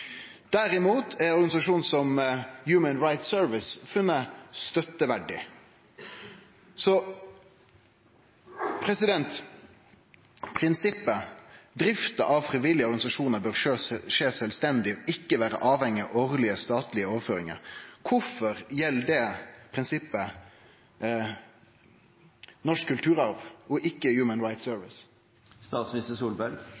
Derimot er ein organisasjon som Human Rights Service funnen støtteverdig. Kvifor gjeld prinsippet at drifta av frivillige organisasjonar bør skje sjølvstendig og ikkje vere avhengig av årlege statlege overføringar, Norsk Kulturarv og ikkje Human Rights